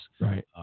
Right